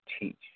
teach